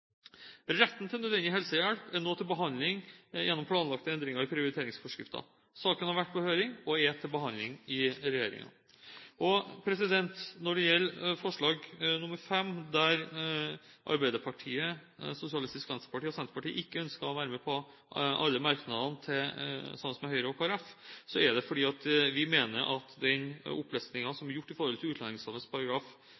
Retten til nødvendig helsehjelp er nå til behandling gjennom planlagte endringer i prioriteringsforskriften. Saken har vært på høring og er til behandling i regjeringen. Når det gjelder forslag 5, der Arbeiderpartiet, Sosialistisk Venstreparti og Senterpartiet ikke ønsker å være med på alle merknadene til Høyre og Kristelig Folkeparti, er det fordi vi mener at den